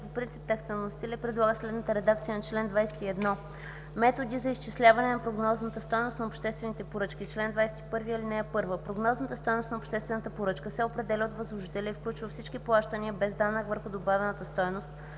по принцип текста на вносителя и предлага следната редакция на чл. 21: „Методи за изчисляване на прогнозната стойност на обществените поръчки Чл. 21. (1) Прогнозната стойност на обществената поръчка се определя от възложителя и включва всички плащания без данък върху добавената стойност